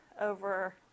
over